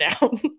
down